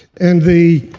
and the